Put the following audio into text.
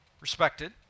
respected